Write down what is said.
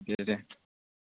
दे दे